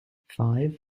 five